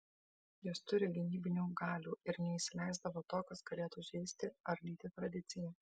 jos turi gynybinių galių ir neįsileisdavo to kas galėtų žeisti ardyti tradiciją